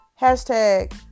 Hashtag